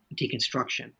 deconstruction